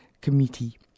Committee